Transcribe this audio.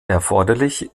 erforderlich